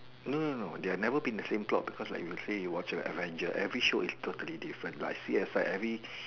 no no no they have never been the same plot because like you say you watch Avengers every show is totally different like C_S_I every